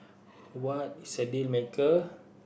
what is a deal maker